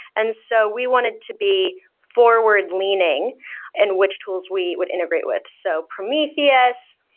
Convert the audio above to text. and so we wanted to be forward leaning in which tools we would integrate with. so prometheus,